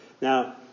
Now